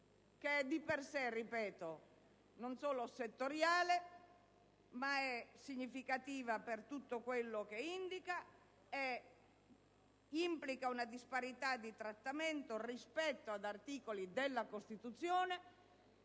che è di per sé, ripeto, non solo settoriale, ma significativa per tutto quel che indica e perché implica una disparità di trattamento rispetto ad articoli della Costituzione